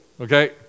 okay